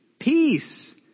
peace